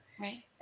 Right